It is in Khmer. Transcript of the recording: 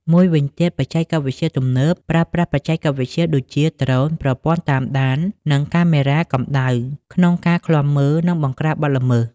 មួយវិញទៀតបច្ចេកវិទ្យាទំនើប ប្រើប្រាស់បច្ចេកវិទ្យាដូចជា ដ្រូន ប្រព័ន្ធតាមដាន និងកាមេរ៉ាកម្ដៅ ក្នុងការឃ្លាំមើល និងបង្ក្រាបបទល្មើស។